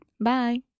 Bye